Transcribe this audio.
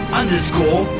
underscore